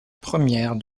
première